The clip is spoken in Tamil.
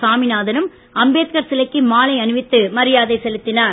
சாமிநாதனும் அம்பேத்கர் சிலைக்கு மாலை அணிவித்து மரியாதை செலுத்தினார்